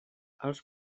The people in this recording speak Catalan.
als